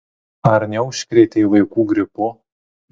ar neužkrėtei vaikų gripu